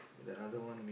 another one